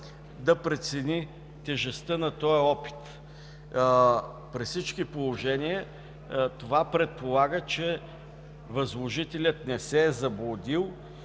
да прецени тежестта на този опит. При всички положения това предполага, че възложителят не се е заблудил